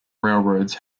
railroads